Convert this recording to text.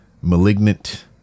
Malignant